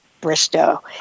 Bristow